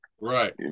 right